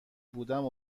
بودم